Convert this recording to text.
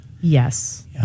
Yes